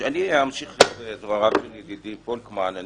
אבל קשור למשרות אמון: כשאני הולכת לחפש עוזרים פרלמנטריים חדשים,